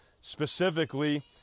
specifically